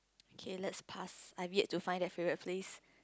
okay let's pass I weird to find that favourite place